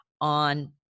on